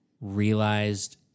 realized